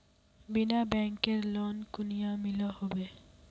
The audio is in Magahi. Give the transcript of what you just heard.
बिना बैंकेर लोन कुनियाँ मिलोहो होबे?